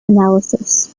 analysis